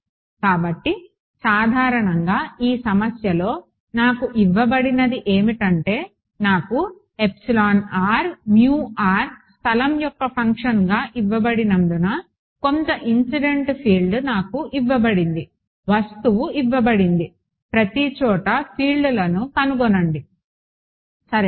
కాబట్టి సాధారణంగా ఈ సమస్యలో నాకు ఇవ్వబడినది ఏమిటంటేనాకు స్థలం యొక్క ఫంక్షన్గా ఇవ్వబడినందున కొంత ఇన్సిడెంట్ ఫీల్డ్ నాకు ఇవ్వబడింది వస్తువు ఇవ్వబడింది ప్రతిచోటా ఫీల్డ్లను కనుగొనండి సరే